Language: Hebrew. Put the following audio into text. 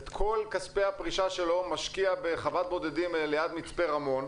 ואת כל כספי הפרישה שלו משקיע בחוות בודדים ליד מצפה רמון.